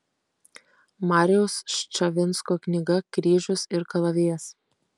mariaus ščavinsko knyga kryžius ir kalavijas